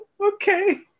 Okay